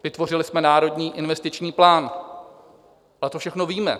Vytvořili jsme Národní investiční plán, ale to všechno víme.